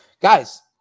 Guys